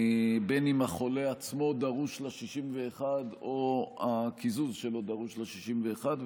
בין שהחולה עצמו דרוש ל-61 ובין שהקיזוז שלו דרוש ל-61.